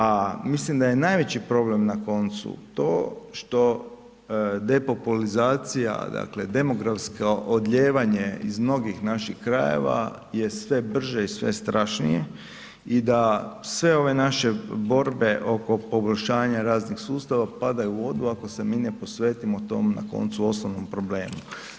A mislim da je najveći problem na koncu to što depopulizacija dakle demografsko odlijevanje iz mnogih naših krajeva je sve brže i sve strašnije i da sve ove naše borbe oko poboljšanja raznih sustava padaju u vodu ako se mi ne posvetimo tom na koncu osnovnom problemu.